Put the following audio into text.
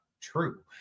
true